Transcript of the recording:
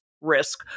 risk